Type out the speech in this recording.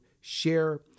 share